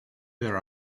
their